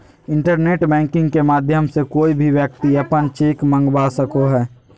internet banking के माध्यम से कोय भी व्यक्ति अपन चेक मंगवा सको हय